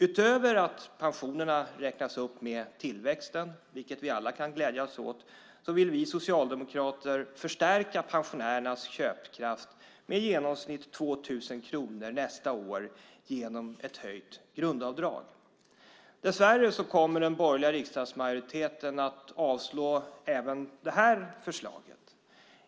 Utöver att pensionerna räknas upp med tillväxten, vilket vi alla kan glädjas åt, vill vi socialdemokrater förstärka pensionärernas köpkraft med i genomsnitt 2 000 kronor nästa år genom ett höjt grundavdrag. Dessvärre kommer den borgerliga riksdagsmajoriteten att avslå även detta förslag.